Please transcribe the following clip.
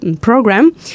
program